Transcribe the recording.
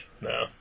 No